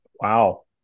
Wow